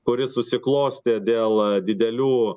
kuri susiklostė dėl didelių